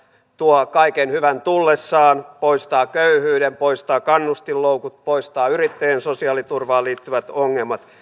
tuo kaiken hyvän tullessaan poistaa köyhyyden poistaa kannustinloukut poistaa yrittäjien sosiaaliturvaan liittyvät ongelmat